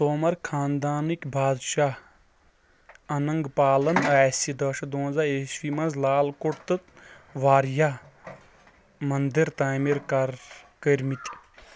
تومر خانٛدانٕکۍ بادشاہ اننٛگ پالن آسہِ دہ شیٚتھ دُونزا عیٖسوی منٛز لال کوٹ تہٕ واریاہ منٛدر تعمیٖر کر کٔرۍ مٕتۍ